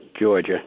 Georgia